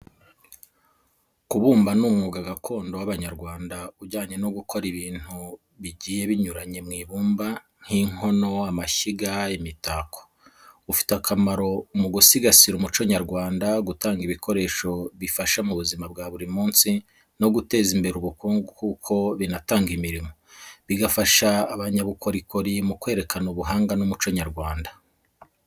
Kubumba ni umwuga gakondo w’Abanyarwanda ujyanye no gukora ibintu bigiye bitandukanye mu ibumba, nk’inkono, amashyiga, n’imitako. Ufite akamaro mu gusigasira umuco nyarwanda, gutanga ibikoresho bifasha mu buzima bwa buri munsi, no guteza imbere ubukungu kuko binatanga imirimo, bigafasha abanyabukorikori mu kwerekana ubuhanga n’umuco nyarwanda.